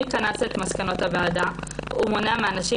מי גנז את מסקנות הוועדה ומונע מן הנשים